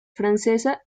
francesa